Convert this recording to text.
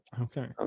Okay